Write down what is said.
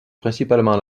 principalement